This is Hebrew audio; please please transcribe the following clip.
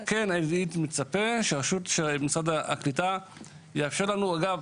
אני מצפה שמשרד הקליטה יאפשר לנו ואגב,